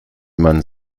man